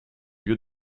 lieu